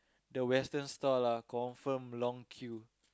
the western stall ah confirm long queue